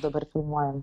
dabar filmuojam